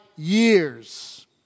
years